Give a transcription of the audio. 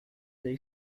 they